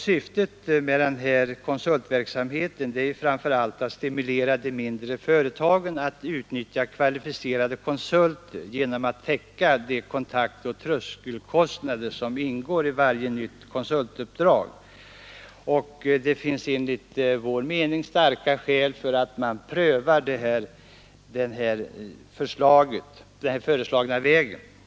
Syftet med denna konsultverksamhet är framför allt att stimulera de mindre företagen att utnyttja kvalificerade konsulter genom att täcka de kontaktoch tröskelkostnader som ingår i varje nytt konsultuppdrag. Det finns enligt vår mening starka skäl för att man skall pröva den vägen.